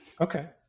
Okay